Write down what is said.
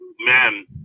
Man